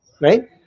Right